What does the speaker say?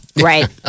right